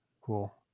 Cool